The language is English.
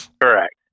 Correct